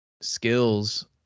skills